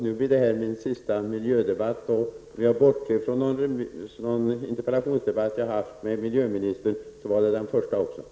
Nu blir det min sista miljödebatt, och bortsett från någon interpellationsdebatt som jag har haft med miljöministern så var det också den första.